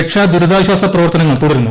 രക്ഷാ ദുരിതാശ്വാസ പ്രവർത്തനങ്ങൾ തുടരുന്നു